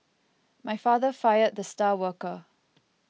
my father fired the star worker